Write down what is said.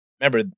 remember